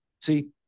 See